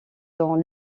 dans